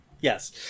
Yes